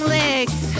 legs